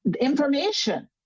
information